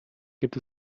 gibt